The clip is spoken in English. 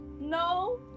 No